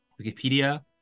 wikipedia